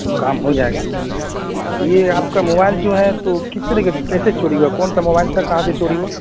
تو کام ہو جائے گا اور یہ آپ کا موبائل جو ہے تو کس طرح کے کیسے چوری ہوا کون سا موبائل تھا کہاں سے چوری ہوا